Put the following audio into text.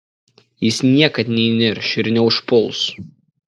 jis niekad neįnirš ir neužpuls